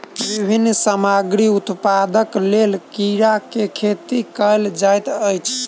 विभिन्न सामग्री उत्पादनक लेल कीड़ा के खेती कयल जाइत अछि